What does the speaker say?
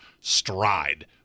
stride